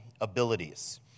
abilities